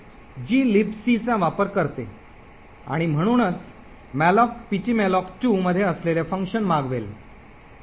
हे gilibc चा वापर करते आणि म्हणूनच malloc ptmalloc2 मध्ये असलेले फंक्शन मागवेल